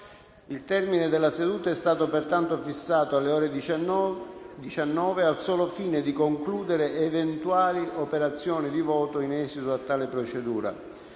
Il termine della seduta è stato pertanto fissato alle ore 19 al solo fine di concludere eventuali operazioni di voto in esito a tale procedura.